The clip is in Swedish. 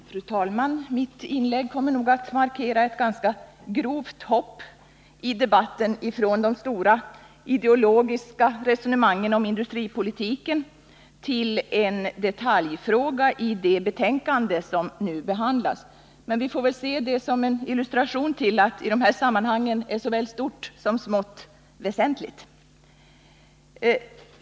Fru talman! Mitt inlägg kommer att markera ett ganska långt hopp i debatten, från de stora ideologiska resonemangen om industripolitiken till en detaljfråga i det betänkande som nu behandlas. Men vi får väl se det som en illustration till att i de här sammanhangen är såväl stort som smått väsentligt.